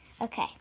Okay